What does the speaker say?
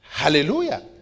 Hallelujah